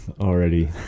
Already